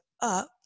up